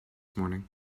morning